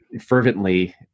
fervently